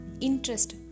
interest